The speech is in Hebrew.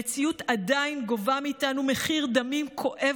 המציאות עדיין גובה מאיתנו מחיר דמים כואב